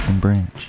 Branch